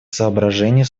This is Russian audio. соображений